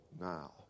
now